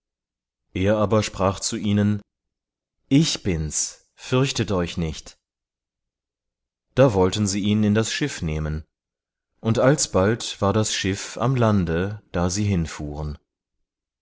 er aber sprach zu ihnen ich bin's fürchtet euch nicht da wollten sie ihn in das schiff nehmen und alsbald war das schiff am lande da sie hin